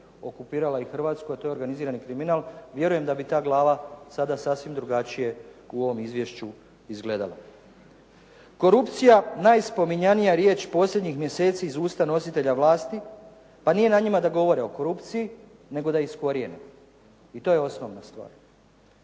okupirala i Hrvatsku, a to je organizirani kriminal, vjerujem da bi ta glava sasvim drugačije u ovom izvješću izgledala. Korupcija, najspominjanija riječ posljednjih mjeseci iz usta nositelja vlasti, pa nije na njima da govore o korupciji, nego da je iskorijene i to je osnovna stvar.